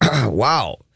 wow